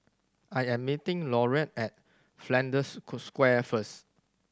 I am meeting Loretta at Flanders Square first